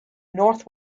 north